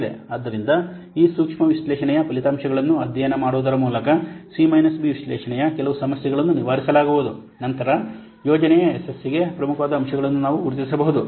ಆದ್ದರಿಂದ ಈ ಸೂಕ್ಷ್ಮ ವಿಶ್ಲೇಷಣೆಯ ಫಲಿತಾಂಶಗಳನ್ನು ಅಧ್ಯಯನ ಮಾಡುವುದರ ಮೂಲಕ ಸಿ ಬಿ ವಿಶ್ಲೇಷಣೆಯ ಕೆಲವು ಸಮಸ್ಯೆಗಳನ್ನು ನಿವಾರಿಸಲಾಗುವುದು ನಂತರ ಯೋಜನೆಯ ಯಶಸ್ಸಿಗೆ ಪ್ರಮುಖವಾದ ಅಂಶಗಳನ್ನು ನಾವು ಗುರುತಿಸಬಹುದು